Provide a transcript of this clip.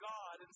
God